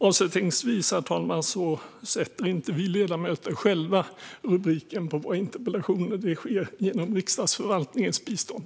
Avslutningsvis, herr talman, vill jag säga att vi ledamöter inte sätter rubriken på våra interpellationer själva - det sker med Riksdagsförvaltningens bistånd.